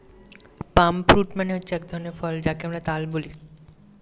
পাম fruit মানে হচ্ছে এক ধরনের ফল যাকে আমরা তাল বলি